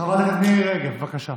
חברת הכנסת מירי רגב, בבקשה.